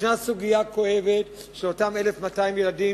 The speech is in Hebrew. ישנה סוגיה כואבת של אותם 1,200 ילדים